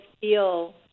feel